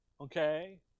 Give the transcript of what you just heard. okay